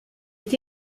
est